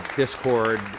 Discord